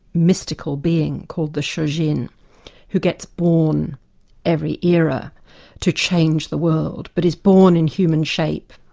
mystical being called the shojin who gets born every era to change the world, but is born in human shape,